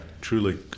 truly